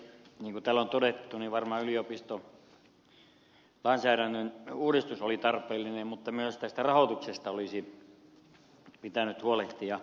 niin kuin täällä on todettu varmaan yliopistolainsäädännön uudistus oli tarpeellinen mutta myös tästä rahoituksesta olisi pitänyt huolehtia